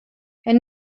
elle